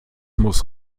muss